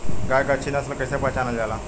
गाय के अच्छी नस्ल कइसे पहचानल जाला?